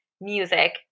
music